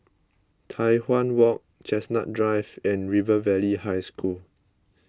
Tai Hwan Walk Chestnut Drive and River Valley High School